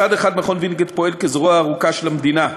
מצד אחד מכון וינגייט פועל כזרועה הארוכה של המדינה,